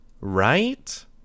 Right